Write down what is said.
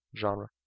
genre